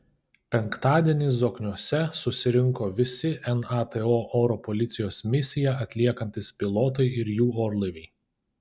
penktadienį zokniuose susirinko visi nato oro policijos misiją atliekantys pilotai ir jų orlaiviai